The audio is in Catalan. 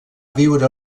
viure